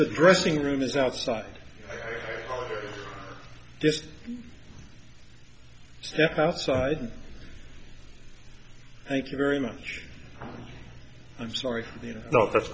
the dressing room is outside just outside thank you very much i'm sorry you know that's